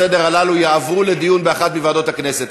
לסדר-היום יועברו לדיון באחת מוועדות הכנסת.